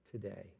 today